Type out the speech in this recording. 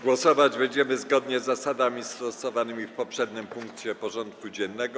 Głosować będziemy zgodnie z zasadami stosowanymi w poprzednim punkcie porządku dziennego.